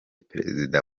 perezida